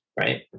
right